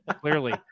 clearly